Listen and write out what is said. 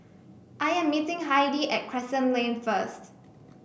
I am meeting Heidi at Crescent Lane first